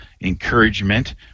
encouragement